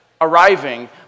arriving